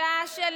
תקראי שישמעו.